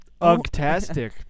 Uggtastic